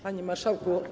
Panie Marszałku!